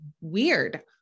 weird